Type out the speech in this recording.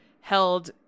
held